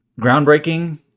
groundbreaking